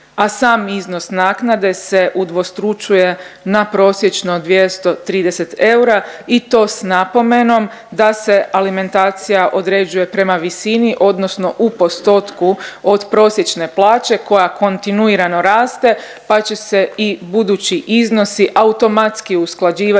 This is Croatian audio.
a sam iznos naknade se udvostručuje na prosječno 230 eura i to s napomenom da se alimentacija određuje prema visini odnosno u postotku od prosječne plaće koja kontinuirano raste pa će se i budući iznosi automatski usklađivati